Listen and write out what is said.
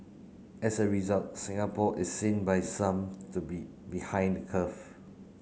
as a result Singapore is seen by some to be behind the curve